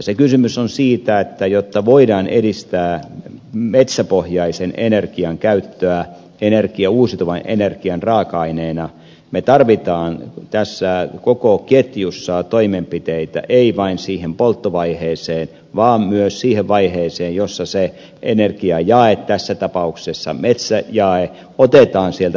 tässä kysymys on siitä että jotta voidaan edistää metsäpohjaisen energian käyttöä uusiutuvan energian raaka aineena me tarvitsemme tässä koko ketjussa toimenpiteitä ei vain siihen polttovaiheeseen vaan myös siihen vaiheeseen jossa se energiajae tässä tapauksessa metsäjae otetaan sieltä metsästä